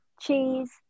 cheese